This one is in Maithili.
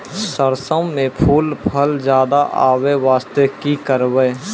सरसों म फूल फल ज्यादा आबै बास्ते कि करबै?